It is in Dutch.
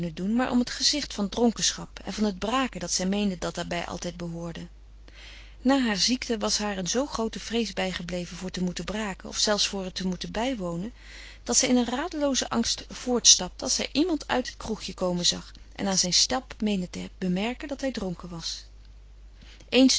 maar om het gezicht van dronkenschap en van het braken dat zij meende dat daarbij altijd behoorde na haar ziekte was haar een zoo groote vrees bij gebleven voor te moeten braken of zelfs voor het te moeten bijwonen dat zij in een radeloozen angst voortstapte als zij iemand uit het kroegje komen zag en aan zijn stap meende te bemerken dat hij dronken was eens